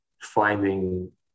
finding